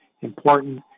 important